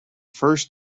first